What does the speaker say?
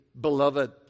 beloved